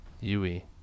Yui